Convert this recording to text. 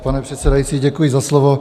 Pane předsedající, děkuji za slovo.